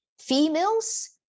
females